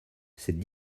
cette